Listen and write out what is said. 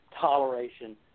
toleration –